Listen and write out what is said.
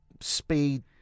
speed